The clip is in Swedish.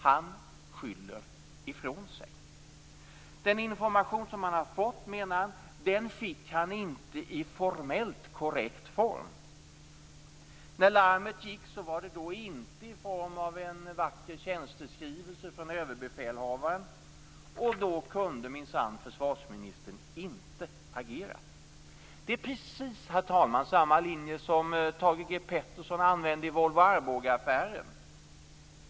Han skyller ifrån sig. Den information som han har fått, menar han, fick han inte i formellt korrekt form. När larmet gick var det inte i form av en vacker tjänsteskrivelse från överbefälhavaren, och då kunde minsann försvarsministern inte agera. Herr talman! Det är precis samma linje som Thage G Peterson använde i Arbogaaffären.